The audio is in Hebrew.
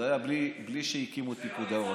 זה היה בלי שהקימו את פיקוד העורף.